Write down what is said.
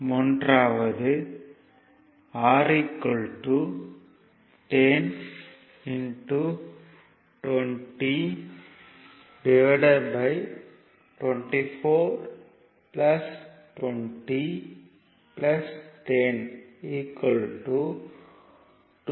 ன்றாவது R 10 2024 20 10 200 54 3